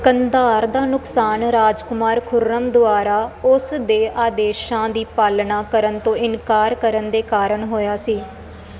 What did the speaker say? ਕੰਧਾਰ ਦਾ ਨੁਕਸਾਨ ਰਾਜਕੁਮਾਰ ਖੁਰਮ ਦੁਆਰਾ ਉਸ ਦੇ ਆਦੇਸ਼ਾਂ ਦੀ ਪਾਲਣਾ ਕਰਨ ਤੋਂ ਇਨਕਾਰ ਕਰਨ ਦੇ ਕਾਰਨ ਹੋਇਆ ਸੀ